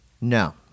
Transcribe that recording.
No